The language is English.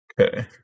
Okay